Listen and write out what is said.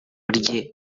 rye